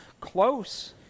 close